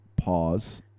pause